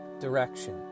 direction